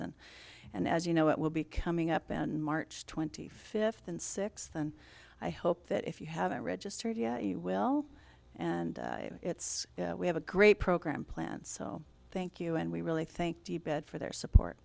and and as you know it will be coming up on march twenty fifth and sixth and i hope that if you haven't registered yet you will and it's we have a great program plan so thank you and we really thank the bed for their support